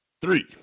three